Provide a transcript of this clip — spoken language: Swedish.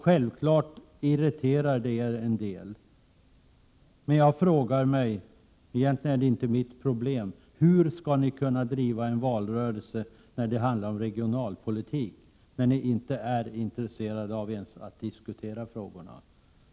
Jag frågar mig — trots att det egentligen inte är mitt problem — hur ni skall kunna driva en valrörelse när det gäller regionalpolitiken, när ni inte är intresserade av att ens diskutera frågorna.